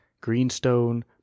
greenstone